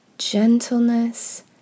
gentleness